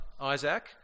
Isaac